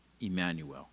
Emmanuel